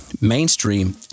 mainstream